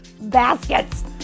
baskets